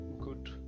good